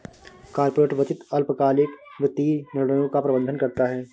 corporate वित्त अल्पकालिक वित्तीय निर्णयों का प्रबंधन करता है